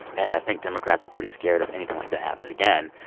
and i think democrats are pretty scared of anything like that happening again.